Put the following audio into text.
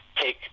take